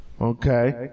Okay